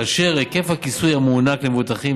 כאשר היקף הכיסוי המוענק למבוטחים